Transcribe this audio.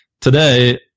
today